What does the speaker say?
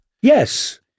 Yes